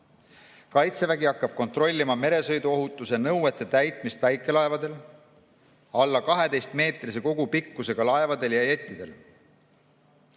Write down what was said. Kaitsevägi hakkab kontrollima meresõiduohutuse nõuete täitmist väikelaevadel, alla 12-meetrise kogupikkusega laevadel ja jettidel.